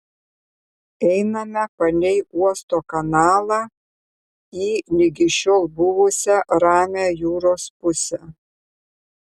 einame palei uosto kanalą į ligi šiol buvusią ramią jūros pusę